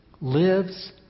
lives